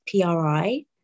PRI